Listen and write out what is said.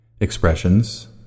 Expressions